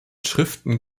schriften